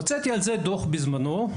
הוצאתי על זה דוח בזמנו,